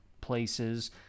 places